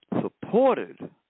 supported